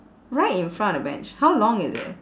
right in front of the bench how long is it